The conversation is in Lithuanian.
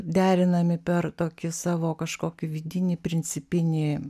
derinami per tokį savo kažkokį vidinį principinį